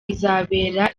izabera